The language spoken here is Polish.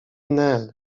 nel